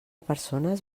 persones